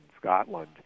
Scotland